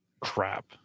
crap